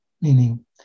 meaning